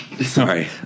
sorry